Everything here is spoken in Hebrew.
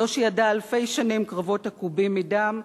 זו שידעה אלפי שנים קרבות עקובים מדם,